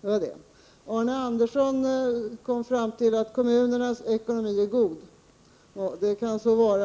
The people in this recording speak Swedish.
Det var det. Arne Andersson i Gamleby kom fram till att kommunernas ekonomi är god. Ja, det kan så vara.